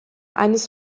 eines